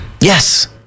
Yes